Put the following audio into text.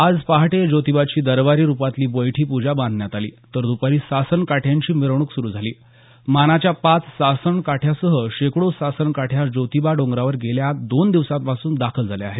आज पहाटे ज्योतिबाची दरबारी रूपातली बैठी पूजा बांधण्यात आली तर द्पारी सासण काठ्यांची मिरवणूक सुरू झाली मानाच्या पाच सासण काठ्यांसह शेकडो सासण काठ्या ज्योतिबा डोंगरावर गेल्या दोन दिवसापासून दाखल झाल्या आहेत